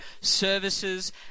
services